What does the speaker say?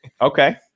okay